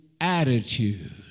attitude